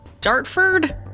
Dartford